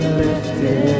lifted